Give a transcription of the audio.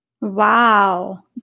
Wow